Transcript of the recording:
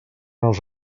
els